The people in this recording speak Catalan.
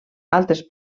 altres